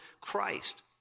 Christ